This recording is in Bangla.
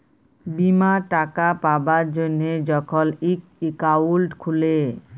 বীমার টাকা পাবার জ্যনহে যখল ইক একাউল্ট খুলে